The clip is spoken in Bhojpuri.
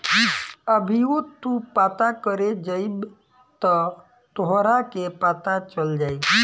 अभीओ तू पता करे जइब त तोहरा के पता चल जाई